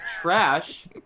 Trash